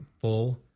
full